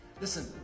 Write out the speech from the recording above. Listen